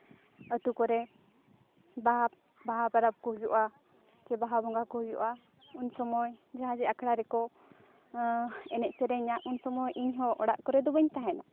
ᱟᱛᱳ ᱠᱚᱨᱮ ᱵᱟᱦᱟ ᱵᱟᱦᱟ ᱯᱚᱨᱚᱵᱽ ᱠᱚ ᱦᱩᱭᱩᱜᱼᱟ ᱥᱮ ᱵᱟᱦᱟ ᱵᱚᱸᱜᱟ ᱠᱚ ᱦᱩᱭᱩᱜᱼᱟ ᱩᱱ ᱥᱚᱢᱚᱭ ᱡᱟᱦᱟᱸ ᱡᱮ ᱟᱠᱷᱲᱟ ᱨᱮᱠᱚ ᱮᱱᱮᱡ ᱥᱮᱨᱮᱧᱟ ᱩᱱ ᱥᱚᱢᱚᱭ ᱤᱧᱦᱚᱸ ᱚᱲᱟᱜ ᱠᱚᱨᱮ ᱫᱚ ᱵᱟᱹᱧ ᱛᱟᱦᱮᱱᱟ